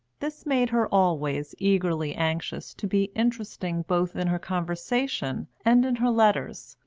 this made her always eagerly anxious to be interesting both in her conversation and in her letters,